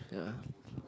ya